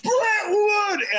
Brentwood